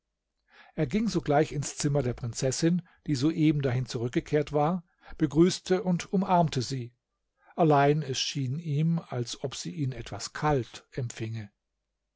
er ging sogleich ins zimmer der prinzessin die soeben dahin zurückgekehrt war begrüßte und umarmte sie allein es schien ihm als ob sie ihn etwas kalt empfinge